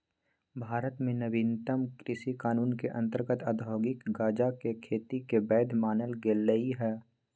भारत में नवीनतम कृषि कानून के अंतर्गत औद्योगिक गजाके खेती के वैध मानल गेलइ ह